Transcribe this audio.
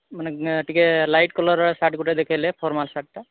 ମାନେ ଟିକିଏ ଲାଇଟ୍ କଲର୍ର ସାର୍ଟ୍ ଗୋଟେ ଦେଖାଇଲେ ଫର୍ମାଲ୍ ସାର୍ଟ୍ଟା